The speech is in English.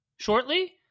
shortly